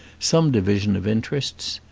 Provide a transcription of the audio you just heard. some division of interests.